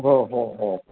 हो हो हो